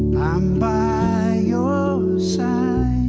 i'm by your side,